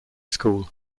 school